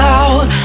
out